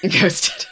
Ghosted